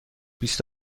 بیست